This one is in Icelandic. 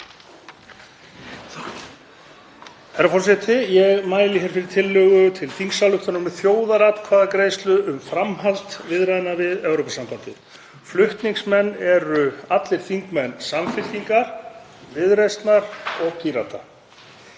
Herra forseti. Ég mæli hér fyrir tillögu til þingsályktunar um þjóðaratkvæðagreiðslu um framhald viðræðna við Evrópusambandið. Flutningsmenn eru allir þingmenn Samfylkingar, Viðreisnar og Pírata.